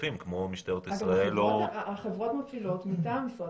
יש פה בעצם מספר היבטים: ההיבט הראשון הוא מתן מענה